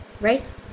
Right